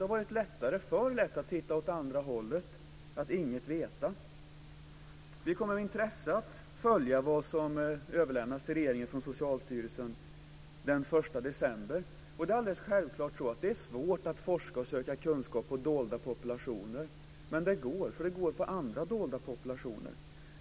Det har varit för lätt att titta åt andra hållet och att inget veta. Vi kommer med intresse att följa vad som överlämnas till regeringen från Socialstyrelsen den 1 december. Och det är alldeles självklart så att det är svårt att forska och söka kunskap hos dolda populationer, men det går, eftersom det går hos andra dolda populationer.